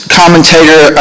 commentator